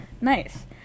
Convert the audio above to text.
Nice